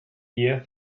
year